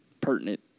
pertinent